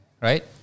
right